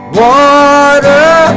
water